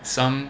some